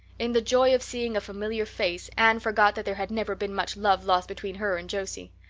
in the joy of seeing a familiar face anne forgot that there had never been much love lost between her and josie.